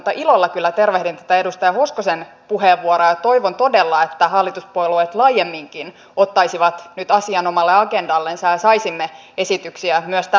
mutta ilolla kyllä tervehdin tätä edustaja hoskosen puheenvuoroa ja toivon todella että hallituspuolueet laajemminkin ottaisivat nyt asian omalle agendallensa ja saisimme esityksiä myös tästä asiasta